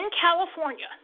california